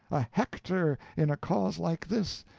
a hector in a cause like this,